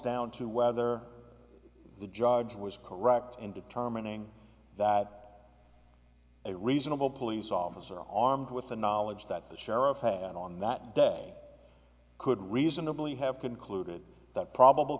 down to whether the judge was correct in determining that a reasonable police officer on with the knowledge that the sheriff had on that day could reasonably have concluded that probable